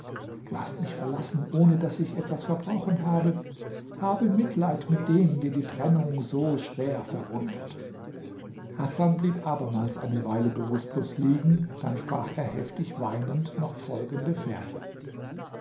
du hast mich verlassen ohne daß ich etwas verbrochen habe habe mitleid mit dem den die trennung so schwer verwundet hasan blieb abermals eine weile bewußtlos liegen dann sprach er heftig weinend noch folgende verse